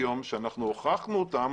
שאנחנו הוכחנו אותם